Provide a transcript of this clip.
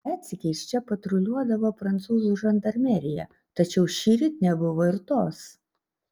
retsykiais čia patruliuodavo prancūzų žandarmerija tačiau šįryt nebuvo ir tos